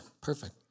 Perfect